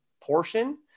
portion